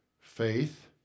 Faith